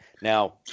Now